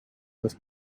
with